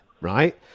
right